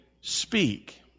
speak